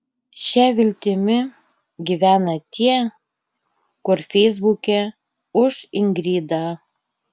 šia viltimi gyvena tie kur feisbuke už ingridą